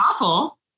awful